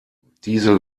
diese